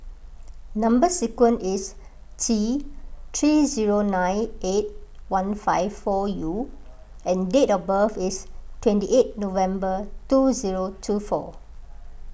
Number Sequence is T three zero nine eight one five four U and date of birth is twenty eight November two zero two four